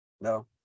No